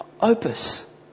Opus